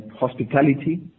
Hospitality